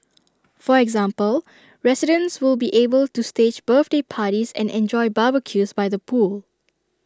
for example residents will be able to stage birthday parties and enjoy barbecues by the pool